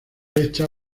echa